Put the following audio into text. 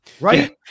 Right